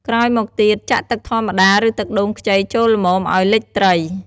ក្រោយមកទៀត ចាក់ទឹកធម្មតា ឬទឹកដូងខ្ចីចូលល្មមឱ្យលិចត្រី។